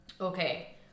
okay